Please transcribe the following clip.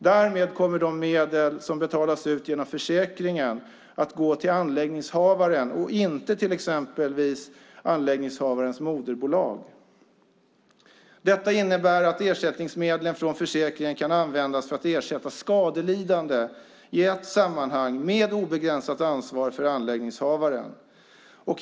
Därmed kommer de medel som betalas ut genom försäkringen att gå till anläggningshavaren och inte till exempel till anläggningshavarens moderbolag. Detta innebär att ersättningsmedlen från försäkringen kan användas för att ersätta skadelidande i ett sammanhang med obegränsat ansvar för anläggningshavaren.